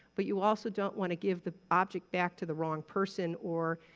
but, you also don't want to give the object back to the wrong person or,